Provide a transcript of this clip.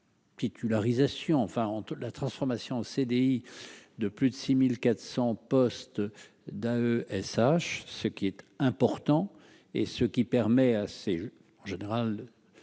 la transformation en CDI de plus de 6400 postes d'un SH, ce qui est important et ce qui permet à ces général